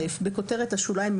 (א)בכותרת השוליים,